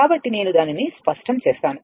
కాబట్టి నేను దానిని శుభ్రం చేస్తాను